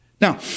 Now